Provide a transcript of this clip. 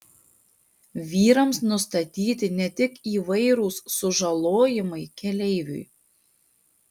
vyrams nustatyti ne tik įvairūs sužalojimai keleiviui